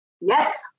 Yes